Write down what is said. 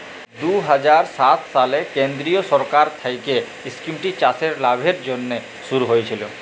দু হাজার সাত সালে কেলদিরিয় সরকার থ্যাইকে ইস্কিমট চাষের লাভের জ্যনহে শুরু হইয়েছিল